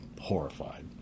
horrified